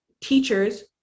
teachers